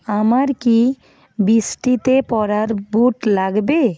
আমার কি বৃষ্টিতে পরার বুট লাগবে